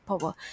power